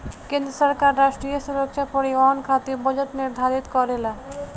केंद्र सरकार राष्ट्रीय सुरक्षा परिवहन खातिर बजट निर्धारित करेला